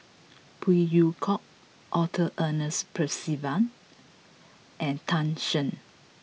Phey Yew Kok Arthur Ernest Percival and Tan Shen